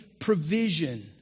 provision